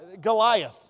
Goliath